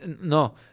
No